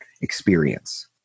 experience